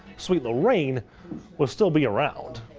sweet lorraine will still be around.